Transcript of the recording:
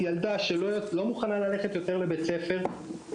ילדה שלא מוכנה יותר ללכת לבית ספר,